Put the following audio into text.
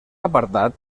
apartat